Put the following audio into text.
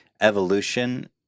evolution